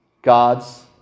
God's